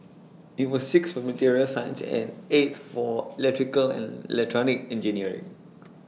IT was sixth for materials science and eighth for electrical and electronic engineering